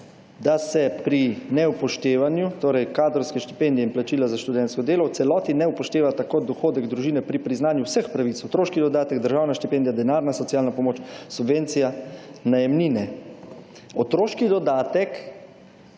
da se pri neupoštevanju, torej kadrovske štipendije in plačila za študentsko delo, v celoti ne upošteva tako dohodek družine pri priznanju vseh pravic, otroški dodatek, državna štipendija, denarna socialna pomoč, subvencija, najemnine. Otroški dodatek,